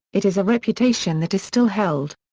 it is a reputation that is still held.